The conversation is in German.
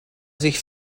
sich